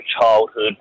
childhood